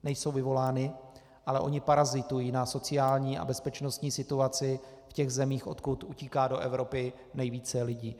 Nejsou vyvolány, ale oni parazitují na sociální a bezpečnostní situaci v těch zemích, odkud utíká do Evropy nejvíce lidí.